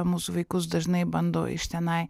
mūsų vaikus dažnai bando iš tenai